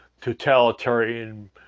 totalitarian